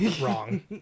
wrong